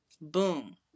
Boom